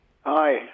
Hi